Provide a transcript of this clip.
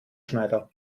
schneider